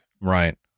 right